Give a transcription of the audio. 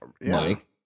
Mike